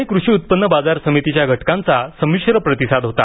पुणे कृषी उत्पन्न बाजार समितीच्या घटकांचा संमिश्र प्रतिसाद होता